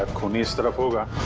um tony's stomach.